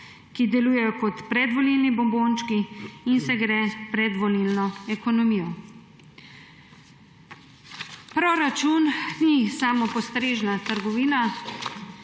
ki delujejo kot predvolilni bombončki, in se gre predvolilno ekonomijo. Proračun ni samopostrežna trgovina.